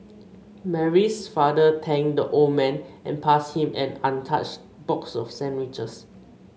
Mary's father thanked the old man and passed him an untouched box of sandwiches